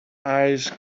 eyes